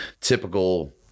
typical